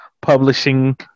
Publishing